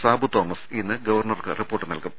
Sabu Thomas ഇന്ന് ഗവർണർക്ക് report നൽകും